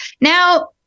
now